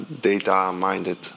data-minded